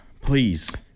please